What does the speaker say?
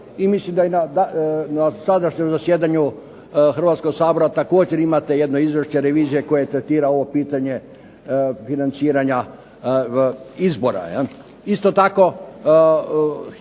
i mislim da je na sadašnjem zasjedanju Hrvatskog sabora također imate jedno izvješće revizije koje tretira ovo pitanje financiranja izbora. Isto tako